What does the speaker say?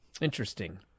interesting